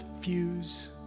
fuse